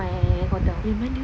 my hotel